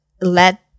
let